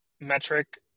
metric